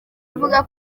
avuga